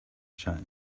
change